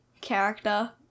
character